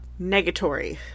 Negatory